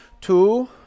Two